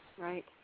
Right